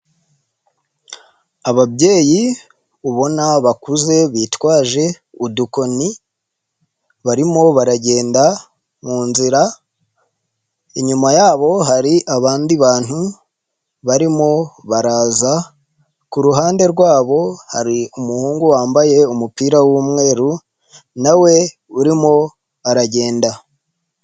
Ababyeyi ubona bakuze bitwaje udukoni, barimo baragenda mu nzira, inyuma yabo hari abandi bantu barimo baraza, kuruhande rwabo hari umuhungu wambaye umupira w'umweru nawe urimo aragenda.